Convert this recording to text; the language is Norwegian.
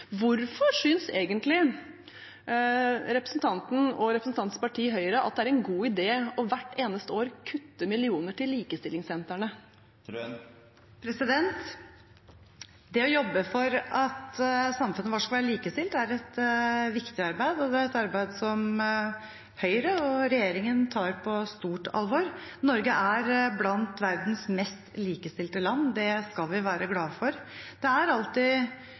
Hvorfor synes egentlig representanten og representantens parti Høyre at det er en god idé hvert eneste år å kutte millioner til likestillingssentrene? Det å jobbe for at samfunnet vårt skal være likestilt, er et viktig arbeid, og det er et arbeid som Høyre og regjeringen tar på stort alvor. Norge er blant verdens mest likestilte land, det skal vi være glade for. Det er alltid